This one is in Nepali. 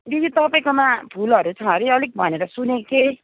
दिदी तपाईँकोमा फुलहरू छ अरे अलिक भनेर सुनेको थिएँ